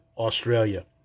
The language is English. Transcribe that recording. Australia